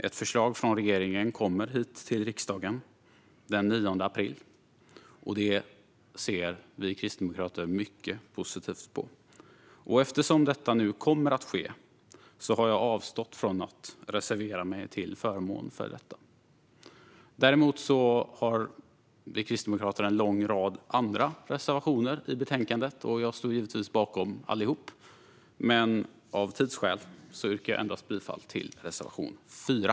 Ett förslag från regeringen kommer till riksdagen den 9 april, och det ser vi kristdemokrater mycket positivt på. Eftersom detta nu kommer att ske har jag avstått från att reservera mig till förmån för frågan. Däremot har Kristdemokraterna en lång rad andra reservationer i betänkandet. Jag står givetvis bakom alla, men av tidsskäl yrkar jag bifall endast till reservation 4.